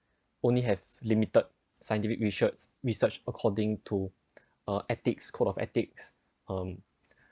only have limited scientific research research according to uh ethics code of ethics um